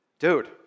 Dude